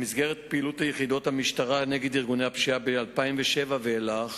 במסגרת פעילות יחידות המשטרה נגד ארגוני הפשיעה מ-2007 ואילך